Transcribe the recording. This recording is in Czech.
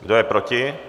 Kdo je proti?